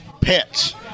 pets